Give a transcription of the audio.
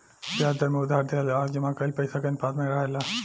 ब्याज दर में उधार दिहल आ जमा कईल पइसा के अनुपात में रहेला